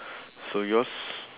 so yours